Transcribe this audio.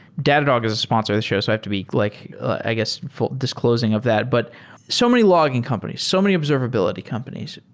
datadog is a sponsor of the show. so i have to be like i guess disclosing of that. but so many logging companies, so many observability companies.